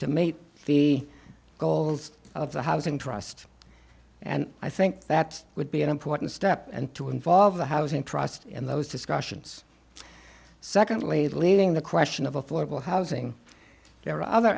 to meet the goals of the housing trust and i think that would be an important step and to involve the housing trust in those discussions secondly the leaving the question of affordable housing there are other